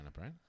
right